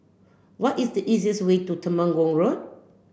what is the easiest way to Temenggong Road